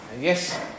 Yes